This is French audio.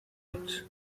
buts